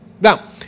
Now